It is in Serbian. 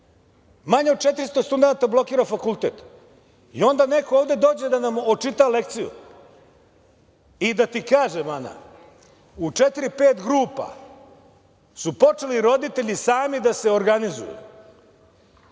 manje od 400 studenata blokira fakultet. I onda ovde neko ovde dođe da nam očita lekciju. Da ti kažem, Ana, u četiri, pet grupa su počeli roditelji sami da se organizuju